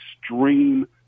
extreme